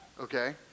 Okay